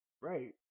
Right